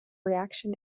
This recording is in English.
reaction